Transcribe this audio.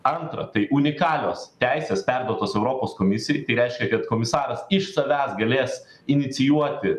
antra tai unikalios teisės perduotos europos komisijai tai reiškia kad komisaras iš savęs galės inicijuoti